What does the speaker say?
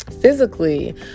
physically